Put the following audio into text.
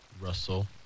Russell